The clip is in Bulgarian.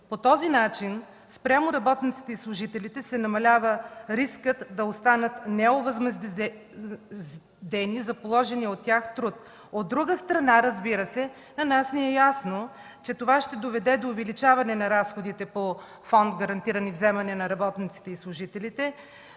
По този начин се намалява рискът да останат неовъзмездени за положения от тях труд. От друга страна, разбира се, на нас ни е ясно, че това ще доведе до увеличаване на разходите по Фонд „Гарантирани вземания на работниците и служителите“.